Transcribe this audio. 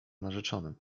narzeczonym